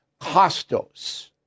Costos